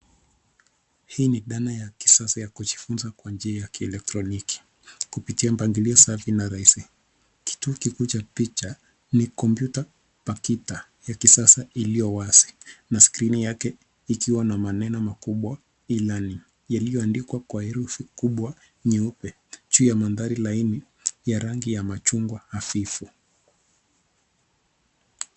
Hii ni dhana ya kisasa ya kujifunza kwa njia ya kielektroniki, kupitia mpangilio safi na rahisi, kituo kikuu cha picha ni kompyuta pakita ya kisasa iliyowazi na skrini yake ikiwa na maneno makubwa E-Learning yaliyoandikwa kwa herufi kubwa nyeupe juu ya mandhari laini ya rangi ya machungwa hafifu.